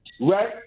right